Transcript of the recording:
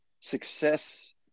success